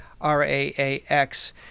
RAAX